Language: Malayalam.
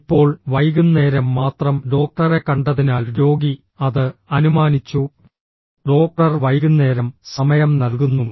ഇപ്പോൾ വൈകുന്നേരം മാത്രം ഡോക്ടറെ കണ്ടതിനാൽ രോഗി അത് അനുമാനിച്ചു ഡോക്ടർ വൈകുന്നേരം സമയം നൽകുന്നു